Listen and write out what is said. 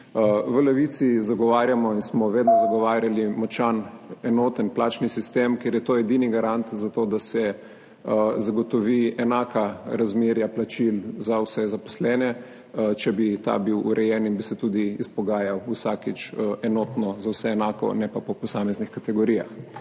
V Levici zagovarjamo in smo vedno zagovarjali močan, enoten plačni sistem, ker je to edini garant za to, da se zagotovi enaka razmerja plačil za vse zaposlene. Če bi ta bil urejen in bi se tudi izpogajal vsakič enotno, za vse enako, ne pa po posameznih kategorijah.